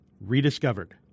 rediscovered